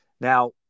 Now